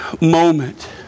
moment